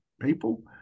people